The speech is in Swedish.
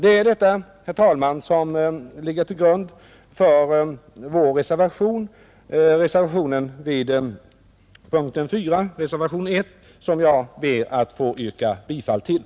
Det är detta, herr talman, som ligger till grund för vår reservation vid punkten 4, alltså reservationen 1, som jag ber att få yrka bifall till.